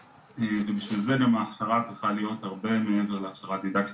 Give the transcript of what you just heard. ובשביל זה גם ההכשרה צריכה להיות הרבה מעבר להכשרה דידקטית.